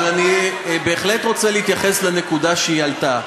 אבל אני בהחלט רוצה להתייחס לנקודה שהיא העלתה.